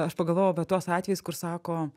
aš pagalvojau apie tuos atvejus kur sako